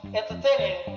entertaining